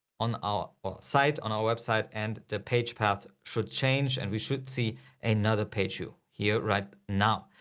on our site on our website and the page path should change and we should see another pageview here right now.